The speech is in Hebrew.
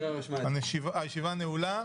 אני מודה לכולם, ישיבה זו נעולה.